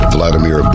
Vladimir